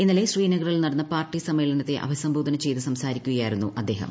ഇന്നലെ ശ്രീനഗറിൽ നടന്ന പാർട്ടി സമ്മേളനത്തെ അഭിസംബോധന ചെയ്ത് സംസാരിക്കുകയായിരുന്നു അദ്ദേഹം